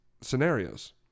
scenarios